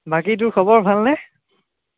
বাকী তোৰ খবৰ ভালনে